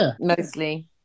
mostly